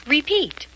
Repeat